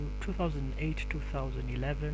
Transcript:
2008-2011